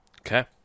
Okay